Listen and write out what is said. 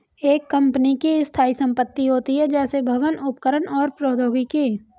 एक कंपनी की स्थायी संपत्ति होती हैं, जैसे भवन, उपकरण और प्रौद्योगिकी